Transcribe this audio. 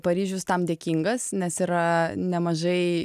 paryžius tam dėkingas nes yra nemažai